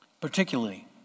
particularly